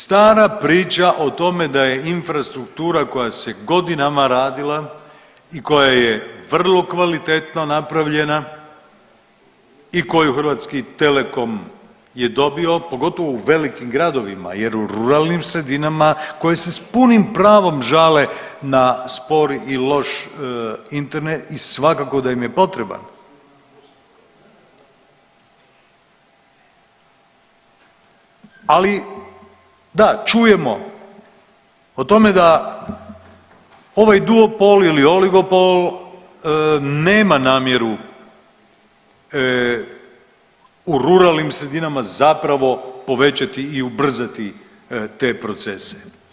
Stara priča o tome da je infrastruktura koja se godinama radila i koja je vrlo kvalitetno napravljena i koju Hrvatski telekom je dobio pogotovo u velikim gradovima jer u ruralnim sredinama koje se s punim pravom žale na spori i loš Internet i svakako da im je potreba, ali da čujemo o tome da ovaj duopol ili oligopol nema namjeru u ruralnim sredinama zapravo povećati u ubrzati te procese.